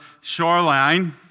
shoreline